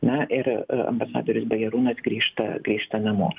na ir ambasadorius bajorūnas grįžta grįžta namo